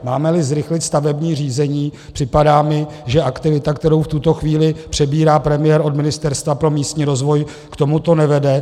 Mámeli zrychlit stavební řízení, připadá mi, že aktivita, kterou v tuto chvíli přebírá premiér od Ministerstva pro místní rozvoj, k tomuto nevede.